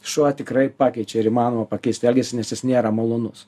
šuo tikrai pakeičia ir įmanoma pakeist elgesį nes jis nėra malonus